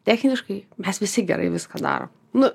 techniškai mes visi gerai viską darom nu